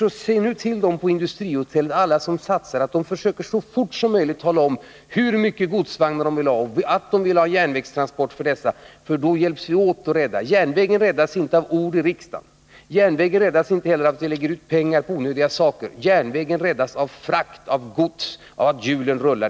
nätets Säg därför till dem på industrihotellet och alla dem som satsar att de så fort Om SJ:s vagnlast som möjligt skall försöka tala om hur många godsvagnar de vill ha och att de trafik vid Rimfor vill ha järnvägstransporter. På så sätt kan vi hjälpas åt att rädda järnvägen. Järnvägen räddas inte av ord i riksdagen, inte heller av att vi lägger ut pengar på onödiga saker. Järnvägen räddas av frakter av gods och av att hjulen rullar